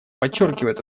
подчеркивает